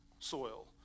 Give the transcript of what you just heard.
Soil